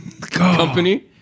company